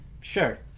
sure